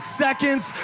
seconds